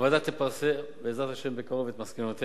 הוועדה תפרסם בעזרת השם בקרוב את מסקנותיה.